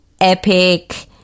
epic